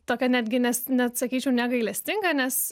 tokia netgi nes net sakyčiau negailestinga nes